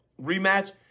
rematch